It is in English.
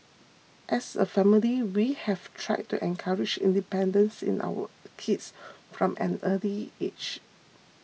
as a family we have tried to encourage independence in our kids from an early age